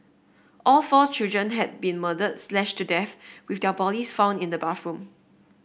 all four children had been murdered slashed to death with their bodies found in the bathroom